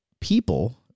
people